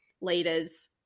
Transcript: leaders